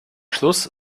schluss